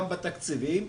גם בתקציבים,